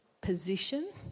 position